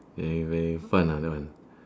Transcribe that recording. very very fun ah that one